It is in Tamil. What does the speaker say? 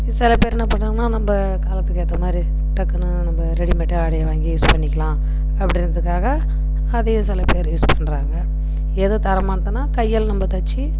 சிலப் பேர் என்ன பண்ணுறாங்கன்னா நம்ம காலத்துக்கு ஏத்தமாதிரி டக்குன்னு நம்ம ரெடிமேடாக ஆடையை வாங்கி யூஸ் பண்ணிக்கலாம் அப்படின்றத்துக்காக அதையே சிலப்பேர் யூஸ் பண்ணுறாங்க எது தரமானதுன்னால் கையால் நம்ம தைச்சி